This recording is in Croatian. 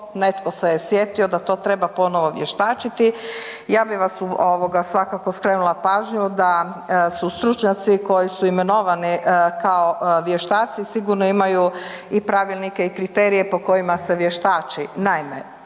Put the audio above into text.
netko se je sjetio da to treba ponovo vještačiti, ja bi vas ovoga svakako skrenula pažnju da su stručnjaci koji su imenovani kao vještaci sigurno imaju i pravilnike i kriterije po kojima se vještači.